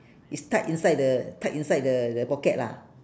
is tuck inside the tuck inside the the pocket lah